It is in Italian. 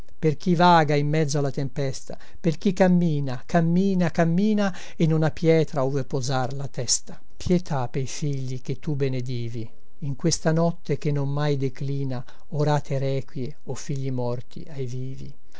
per chi vaga in mezzo alla tempesta per chi cammina cammina cammina e non ha pietra ove posar la testa pietà pei figli che tu benedivi in questa notte che non mai declina orate requie o figli morti ai vivi